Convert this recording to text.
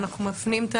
אנחנו מפנים את